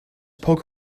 poke